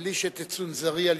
בלי שתצונזרי על-ידי.